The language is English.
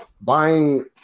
buying